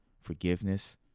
forgiveness